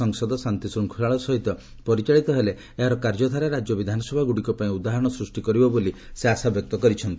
ସଂସଦ ଶାନ୍ତିଶୃଙ୍ଖଳାର ସହିତ ପରିଚାଳିତ ହେଲେ ଏହାର କାର୍ଯ୍ୟଧାରା ରାଜ୍ୟ ବିଧାନସଭା ଗୁଡ଼ିକ ପାଇଁ ଉଦାହରଣ ସୃଷ୍ଟି କରିବ ବୋଲି ସେ ଆଶାବ୍ୟକ୍ତ କରିଛନ୍ତି